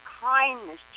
kindness